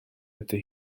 ydy